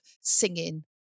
singing